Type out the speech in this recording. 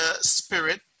spirit